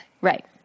Right